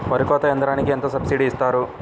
వరి కోత యంత్రంకి ఎంత సబ్సిడీ ఇస్తారు?